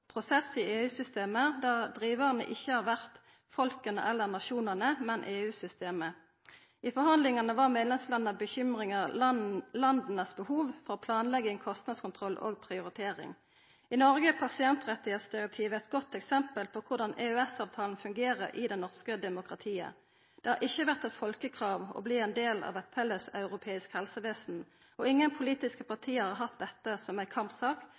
prosess i EU-systemet, der drivarane ikkje har vore folket eller nasjonane, men EU-systemet. I forhandlingane var medlemslanda si bekymring dei behova for planlegging, kostnadskontroll og prioritering landa har. I Noreg er pasientrettsdirektivet eit godt eksempel på korleis EØS-avtalen fungerer i det norske demokratiet. Det har ikkje vore eit folkekrav å verta ein del av eit felles europeisk helsevesen, og ingen politiske parti har hatt dette som ei kampsak,